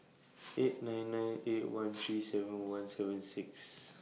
eight nine nine eight one three seven one seven six